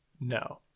no